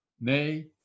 nay